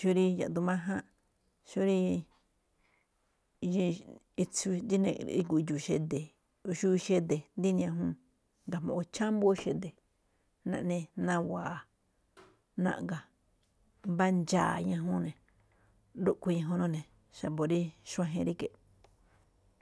Xó rí yaꞌduun máján, xó rí etso̱ idxu̱u̱ xede̱, o xubiuu xe̱de̱, díne ñajuun, ga̱jma̱á chámbóo xede̱, naꞌne nawa̱a̱ naꞌga̱, mbá ndxa̱a̱ ñajuun ne̱. Rúꞌkhue̱n ñajuun xa̱bo̱ rí xuajen ríge̱ꞌ.